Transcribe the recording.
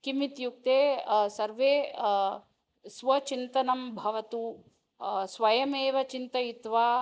किमित्युक्ते सर्वे स्व चिन्तनं भवतु स्वयमेव चिन्तयित्वा